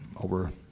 over